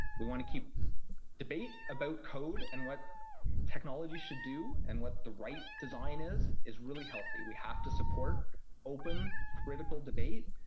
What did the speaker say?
we want to keep debate about code and what technology should do and what the right design is is really healthy. we have to support open, critical debate.